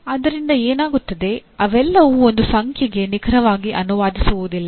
ಆದ್ದರಿಂದ ಏನಾಗುತ್ತದೆ ಅವೆಲ್ಲವೂ ಒಂದೇ ಸಂಖ್ಯೆಗೆ ನಿಖರವಾಗಿ ಅನುವಾದಿಸುವುದಿಲ್ಲ